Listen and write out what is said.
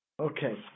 Okay